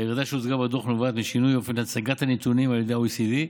הירידה שהוצגה בדוח נובעת משינוי אופן הצגת הנתונים על ידי ה-OECD,